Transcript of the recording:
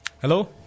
hello